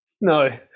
No